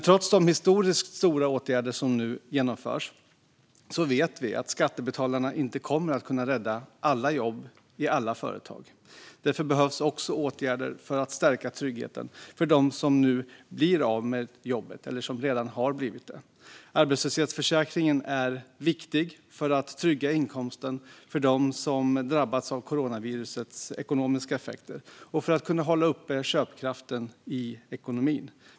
Trots de historiskt stora åtgärder som nu genomförs vet vi dock att skattebetalarna inte kommer att kunna rädda alla jobb i alla företag. Därför behövs också åtgärder för att stärka tryggheten för dem som nu blir av med jobbet eller redan har blivit det. Arbetslöshetsförsäkringen är viktig för att trygga inkomsten för dem som drabbas av coronavirusets ekonomiska effekter och för att kunna hålla uppe köpkraften i ekonomin.